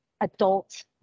adult